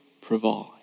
provide